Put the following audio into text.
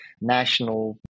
national